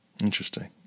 Interesting